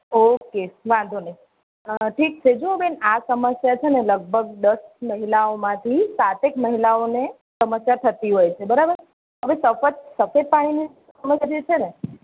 okay વાંધો નહીં ઠીક છે જુઓ બેન આ સમસ્યા છે ને લગભગ દશ મહિલાઓમાંથી સાતેક મહિલાઓને આ સમસ્યા થતી હોય છે બરાબર હવે સફદ સફેદ પાણીની સમસ્યા જે છે ને